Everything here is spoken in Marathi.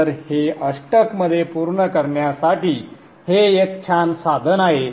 तर हे अष्टक मध्ये पूर्ण करण्यासाठी हे एक छान साधन आहे